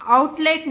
outlet నుండి